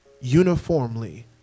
uniformly